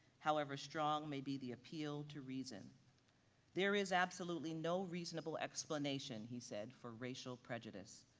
however strong maybe the appeal to reason there is absolutely no reasonable explanation he said for racial prejudice,